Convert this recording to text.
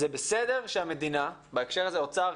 זה בסדר שהמדינה בהקשר הזה אוצר,